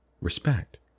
respect